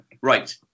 Right